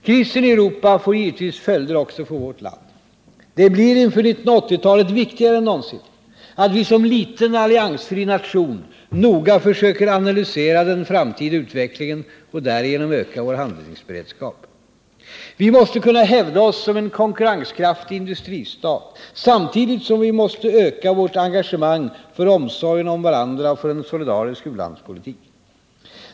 Krisen i Europa får givetvis följder också för vårt land. Det blir inför 1980 talet viktigare än någonsin att vi som liten, alliansfri nation noga försöker analysera den framtida utvecklingen och därigenom öka vår handlingsberedskap. Vi måste kunna hävda oss som en konkurrenskraftig industristat, samtidigt som vi måste öka vårt engagemang för omsorgen om varandra och för en solidarisk u-landspolitik.